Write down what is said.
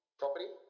property